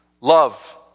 love